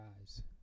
eyes